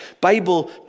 Bible